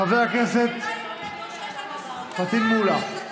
חבר הכנסת פטין מולא,